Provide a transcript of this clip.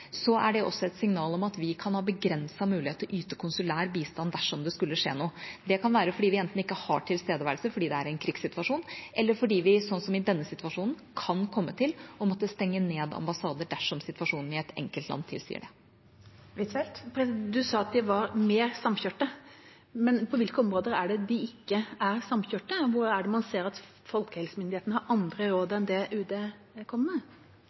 er det også et signal om at vi kan ha begrenset mulighet til å yte konsulær bistand dersom det skulle skje noe. Det kan være enten fordi vi ikke har tilstedeværelse fordi det er en krigssituasjon, eller fordi vi – sånn som i denne situasjonen – kan komme til å måtte stenge ned ambassader dersom situasjonen i et enkeltland tilsier det. Utenriksministeren sa at de var mer samkjørte. Men på hvilke områder er det de ikke er samkjørte – hvor er det man ser at folkehelsemyndighetene har andre råd enn det UD kommer med?